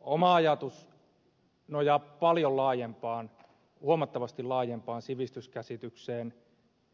oma ajatukseni nojaa paljon laajempaan huomattavasti laajempaan sivistyskäsitykseen